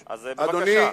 אז, בבקשה.